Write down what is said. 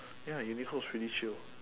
ya uniqlo is pretty chill